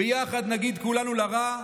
ביחד נגיד כולנו לרע: